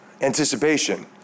Anticipation